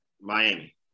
Miami